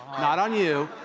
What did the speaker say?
not on you.